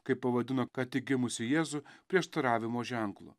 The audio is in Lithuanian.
kai pavadino ką tik gimusį jėzų prieštaravimo ženklu